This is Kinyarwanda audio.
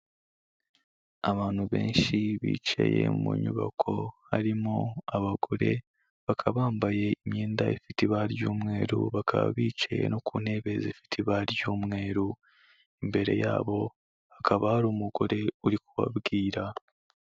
Abantu benshi bicaye mu nyubako harimo abagore, bakaba bambaye imyenda ifite ibara ry'umweru bakaba bicaye no ku ntebe zifite ibara ry'umweru, imbere yabo hakaba hari umugore uri kubabwira.